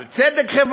על צדק חברתי,